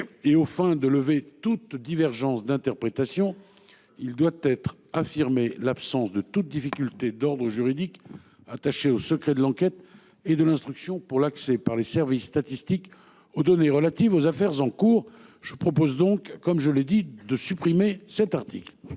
et afin de lever toute divergence d'interprétation, il convient d'affirmer l'absence de toute difficulté d'ordre juridique attachée au secret de l'enquête et de l'instruction pour l'accès des services statistiques aux données relatives aux affaires en cours. Je propose donc de supprimer l'article